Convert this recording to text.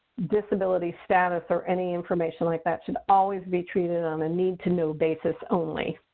disability status or any information like that should always be treated on a need to know basis only.